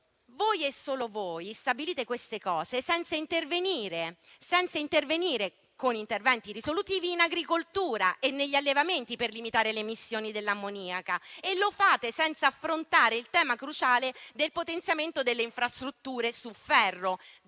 Voi e solo voi stabilite queste cose senza intervenire, ad esempio, con misure risolutive in agricoltura e negli allevamenti per limitare le emissioni dell'ammoniaca. E lo fate senza affrontare il tema cruciale del potenziamento delle infrastrutture su ferro,